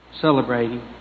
Celebrating